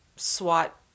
swat